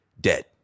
dead